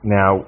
Now